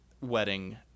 wedding